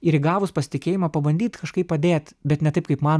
ir įgavus pasitikėjimą pabandyt kažkaip padėt bet ne taip kaip man